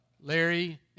Larry